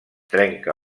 trenca